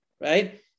right